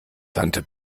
tante